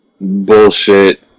bullshit